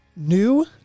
New